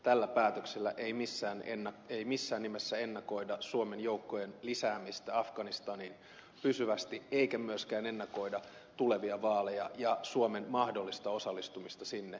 tällä päätöksellä ei missään nimessä ennakoida suomen joukkojen lisäämistä afganistaniin pysyvästi eikä myöskään ennakoida tulevia vaaleja ja suomen mahdollista osallistumista niihin